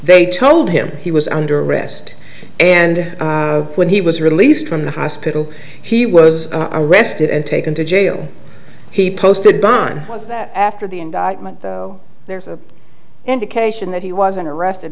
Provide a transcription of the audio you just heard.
they told him he was under arrest and when he was released from the hospital he was arrested and taken to jail he posted bond was that after the indictment though there's an indication that he wasn't arrested